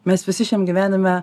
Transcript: mes visi šiam gyvenime